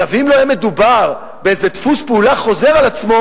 אם לא היה מדובר באיזה דפוס פעולה חוזר על עצמו